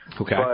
Okay